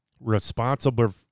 responsible